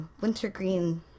wintergreen